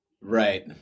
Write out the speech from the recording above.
Right